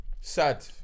sad